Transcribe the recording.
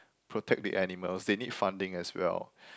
protect the animals they need funding as well